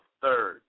Third